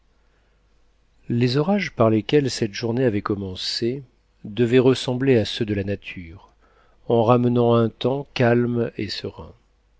les orages par lesquels cette journée avait commencé devaient ressembler à ceux de la nature en ramenant un temps calme et serein